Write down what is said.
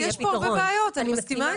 יש פה הרבה בעיות, אני מסכימה איתך.